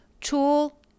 tool